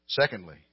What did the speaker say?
Secondly